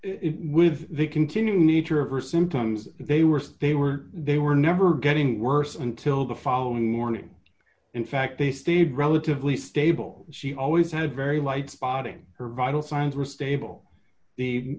it with the continuing nature of her symptoms they were stay were they were never getting worse until the following morning in fact they stayed relatively stable she always had very light spotting her vital signs were stable the